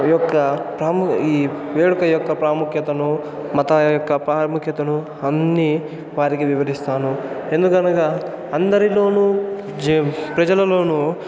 ఈ యొక్క ప్రాము ఈ వేడుక యొక్క ప్రాముఖ్యతను మత యొక్క ప్రాముఖ్యతను అన్నీ వారికి వివరిస్తాను ఎందుకనగా అందరిలోనూ జీవ్ ప్రజలలోను